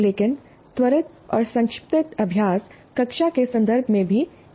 लेकिन त्वरित और संक्षिप्त अभ्यास कक्षा के संदर्भ में भी किए जा सकते हैं